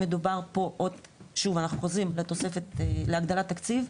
אנחנו חוזרים לתוספת להגדלת תקציב,